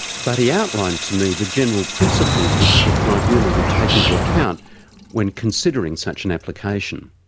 but he outlined to me the general principles which the tribunal would take into account when considering such an application.